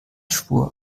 schwur